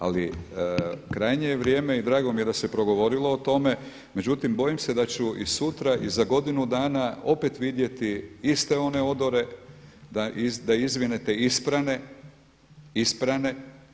Ali krajnje je vrijeme i drago mi je da se progovorilo o tome, međutim bojim se da ću i sutra i za godinu dana opet vidjeti iste one odore, da izvinite isprane, isprane.